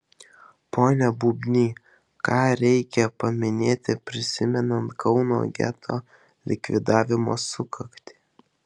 pone bubny ką reikia paminėti prisimenant kauno geto likvidavimo sukaktį